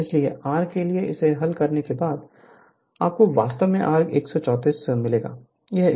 इसलिए R के लिए इसे हल करने के बाद आपको वास्तव में R 134 Ω मिलेगा यह उत्तर है